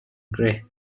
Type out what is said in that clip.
gray